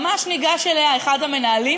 ממש ניגש אליה אחד המנהלים